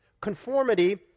Conformity